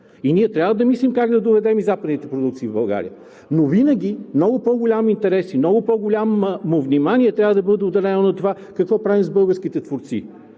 и ние трябва да мислим как да доведем и западните продукции в България, но винаги много по-големи интереси, много по-голямо внимание трябва да бъде отделено на това какво правим с българските творци.